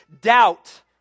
doubt